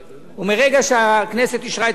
ומרגע שהכנסת אישרה את הפיצול,